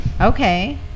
Okay